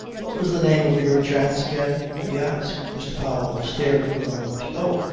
what was the name of your chance again? he asked. mr. powell stared for a moment. oh!